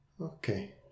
Okay